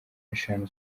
eshanu